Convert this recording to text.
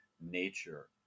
nature